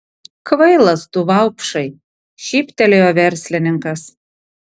kvailas tu vaupšai šyptelėjo verslininkas